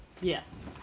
Yes